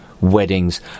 weddings